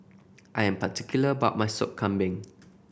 I am particular about my Sop Kambing